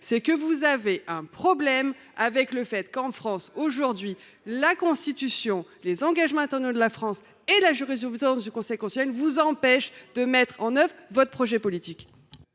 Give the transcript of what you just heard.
vérité, vous avez un problème avec le fait que la Constitution, les engagements internationaux de la France et la jurisprudence du Conseil constitutionnel vous empêchent de mettre en œuvre votre projet politique